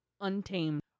Untamed